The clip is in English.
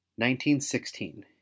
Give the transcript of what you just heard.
1916